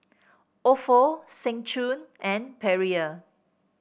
Ofo Seng Choon and Perrier